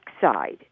side